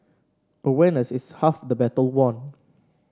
awareness is half the battle won